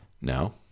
No